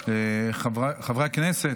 חברי הכנסת,